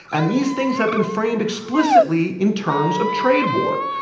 and these things have been framed explicitly in terms of trade war.